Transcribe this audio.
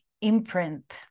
imprint